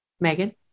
Megan